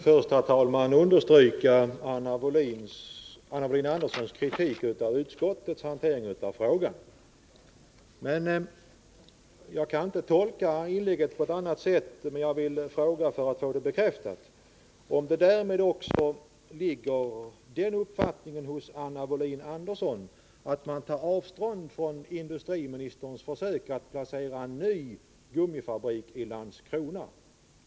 Herr talman! Låt mig först understryka Anna Wohlin-Anderssons kritik av utskottets hantering av frågan. Jag kan inte tolka inlägget på annat sätt än att det gällde en sådan kritik. Men för att få det bekräftat vill jag fråga om Anna Wohlin-Andersson därmed också har den uppfattningen, att man bör ta avstånd från industriministerns försök att placera en ny gummifabrik i Landskrona.